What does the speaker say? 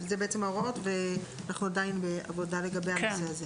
זה ההוראות ואנחנו עדיין בעבודה בנושא הזה.